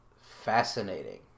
Fascinating